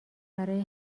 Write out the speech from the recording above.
برای